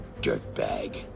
dirtbag